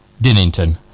Dinnington